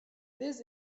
this